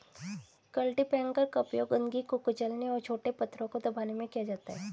cultipacker का उपयोग गंदगी को कुचलने और छोटे पत्थरों को दबाने में किया जाता है